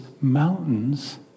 mountains